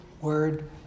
word